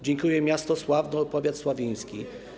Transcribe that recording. Dziękują miasto Sławno i powiat sławiński.